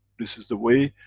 this is the way,